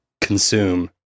Consume